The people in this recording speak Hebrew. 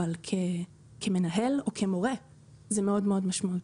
אבל כמנהל או כמורה זה מאוד משמעותי.